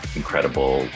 incredible